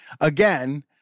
again